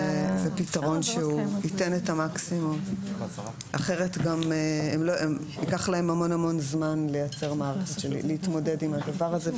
זה פתרון שייתן את המקסימום כי אחרת ייקח המון זמן להתמודד עם הדבר הזה.